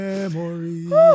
Memories